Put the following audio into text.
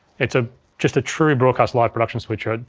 it's ah just a true broadcast live production switcher.